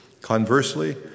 Conversely